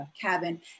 cabin